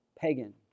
pagan